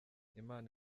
imana